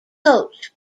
coach